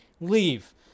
leave